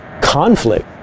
conflict